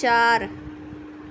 ਚਾਰ